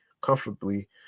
comfortably